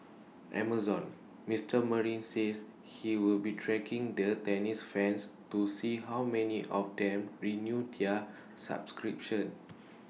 Amazon's Mister marine says he will be tracking the tennis fans to see how many of them renew their subscriptions